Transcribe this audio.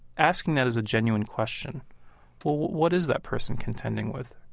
asking that as a genuine question what is that person contending with,